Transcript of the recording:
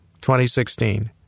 2016